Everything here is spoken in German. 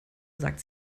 sagen